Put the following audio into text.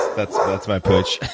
that's that's my pooch.